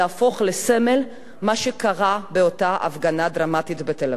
להפוך לסמל מה שקרה באותה הפגנה דרמטית בתל-אביב.